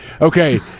Okay